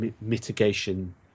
mitigation